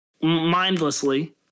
mindlessly